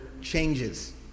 changes